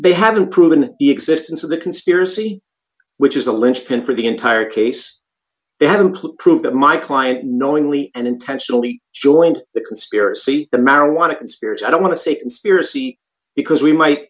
they haven't proven the existence of the conspiracy which is the linchpin for the entire case they haven't proved that my client knowingly and intentionally joined the conspiracy the marijuana conspiracy i don't want to say conspiracy because we might